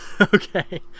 Okay